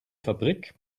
fabrik